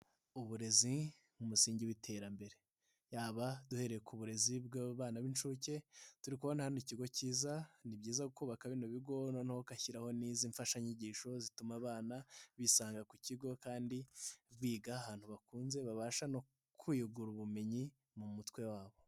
Uburezi mu musingi w'iterambere, yaba duhereye ku burezi bw'abana b'inshuke turi kubona hano ikigo cyiza, ni byiza kubabaka bino bigo noneho bagashyiraho n'izo mfashanyigisho, zituma abana bisanga ku kigo kandi biga ahantu bakunze, babasha no kwiyungura ubumenyi mu mutwe wabo.